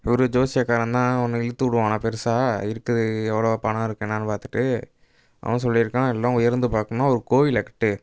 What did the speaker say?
இவர் ஜோசியக்காரன் தான் ஒன்று இழுத்து விடுவானா பெருசாக இருக்குது எவ்வளோ பணம் இருக்குது என்னென்னு பார்த்துட்டு அவன் சொல்லியிருக்கான் எல்லாம் உயர்ந்து பாக்குணுன்னா ஒரு கோவிலை கட்டு